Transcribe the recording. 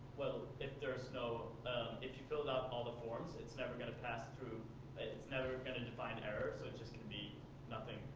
well, if there is no if you filled out all the forms, it's never going to pass through it's never going to define error so it's just going to be nothing.